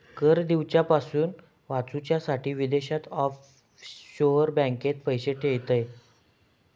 कर दिवच्यापासून वाचूच्यासाठी विदेशात ऑफशोअर बँकेत पैशे ठेयतत